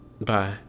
Bye